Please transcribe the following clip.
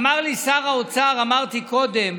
אמר לי שר האוצר, אמרתי קודם,